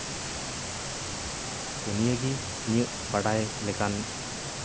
ᱫᱩᱱᱤᱭᱹᱟ ᱜᱮ ᱤᱧᱟᱹᱜ ᱵᱟᱰᱟᱭ ᱞᱮᱠᱟᱱ